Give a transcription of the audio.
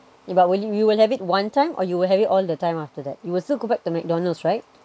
if I were you you will have it one time or you will have it all the time after that you will still go back to McDonald's right